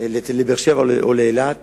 לבאר-שבע או לאילת